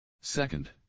Second